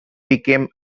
became